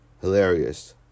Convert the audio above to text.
hilarious